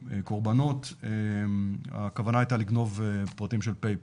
קורבנות, הכוונה הייתה לגנוב פרטים של פיי-פל.